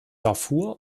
darfur